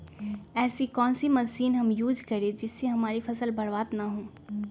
ऐसी कौन सी मशीन हम यूज करें जिससे हमारी फसल बर्बाद ना हो?